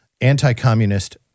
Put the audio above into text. anti-communist